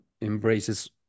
embraces